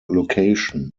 location